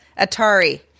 Atari